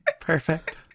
Perfect